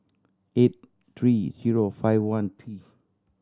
eight three zero five one P